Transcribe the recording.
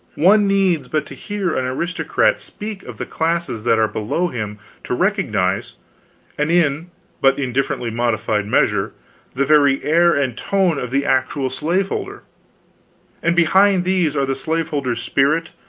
one needs but to hear an aristocrat speak of the classes that are below him to recognize and in but indifferently modified measure the very air and tone of the actual slaveholder and behind these are the slaveholder's spirit,